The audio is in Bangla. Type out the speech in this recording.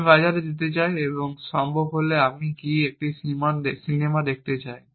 আমি বাজারে যেতে চাই এবং সম্ভব হলে আমি গিয়ে একটি সিনেমা দেখতে চাই